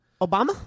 Obama